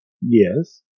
Yes